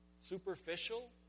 superficial